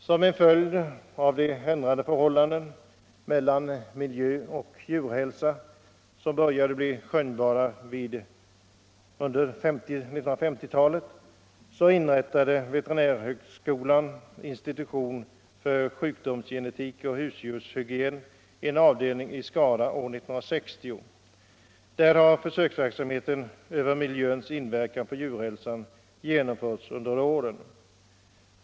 Som en följd av de ändrade förhållanden i fråga om miljö och djurhälsa som började bli skönjbara på 1950-talet inrättade veterinärhögskolans institution för sjukdomsgenetik och husdjurshygien en avdelning i Skara år 1960. Där har försöksverksamhet beträffande miljöns inverkan på djurhälsan bedrivits under åren.